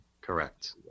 Correct